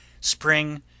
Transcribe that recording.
SPRING